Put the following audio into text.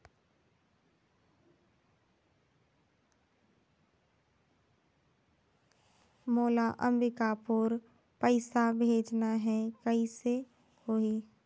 मोला अम्बिकापुर पइसा भेजना है, कइसे होही?